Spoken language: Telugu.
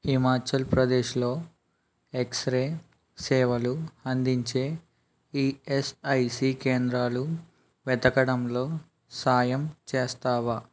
హిమాచాల్ ప్రదేశ్లో ఎక్స్రే సేవలు అందించే ఈఎస్ఐసి కేంద్రాలు వెతుకడంలో సాయం చేస్తావా